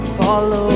follow